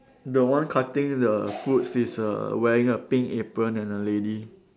the one cutting the fruits is err wearing a pink apron and a lady